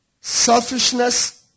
Selfishness